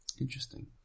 Interesting